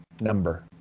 number